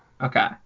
Okay